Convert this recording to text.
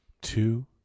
two